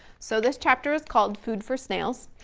so this chapter is called food for snails.